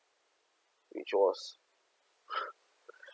which was